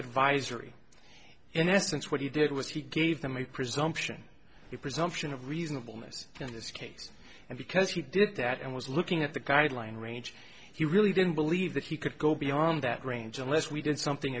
advisory in essence what he did was he gave them a presumption a presumption of reasonable ness in this case and because he did that and was looking at the guideline range he really didn't believe that he could go beyond that range unless we did something